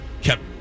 kept